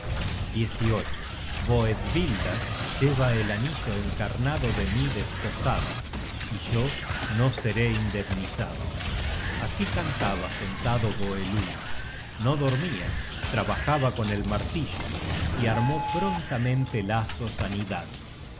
fragua boethvilda lleva el anillo encarnado de mi desposada y yo no seré indemnizado así cantaba sentado voelund no dormia trabajaba con el martillo y armó prontamente lazos